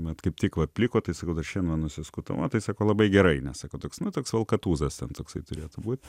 mat kaip tik vat pliko tai sakau dar šiandien vat nusiskutau na tai sako labai gerai nas sako na toks valkatūzas ten toksai turėtum būt